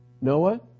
Noah